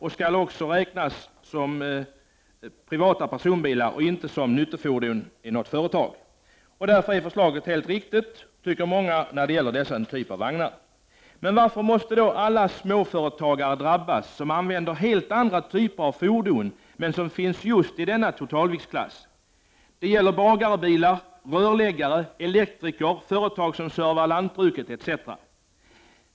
De skall räknas som privata personbilar och inte som nyttofordon som något företag äger. Därför tycker många att förslaget är helt riktigt. Men varför måste alla de småföretagare drabbas som använder helt andra typer av fordon men som återfinns just i denna totalviktsklass? Det gäller bilar som t.ex. bagare, rörläggare, elektriker och företag som servar lantbruket har.